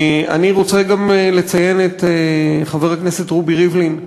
אני רוצה לציין גם את חבר הכנסת רובי ריבלין,